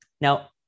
now